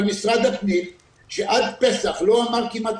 אבל משרד הפנים שעד פסח לא אמר כמעט